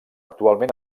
actualment